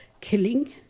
killing